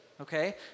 okay